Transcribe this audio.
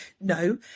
no